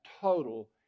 total